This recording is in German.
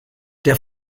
der